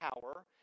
power